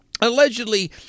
allegedly